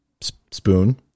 spoon